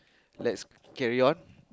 let's carry on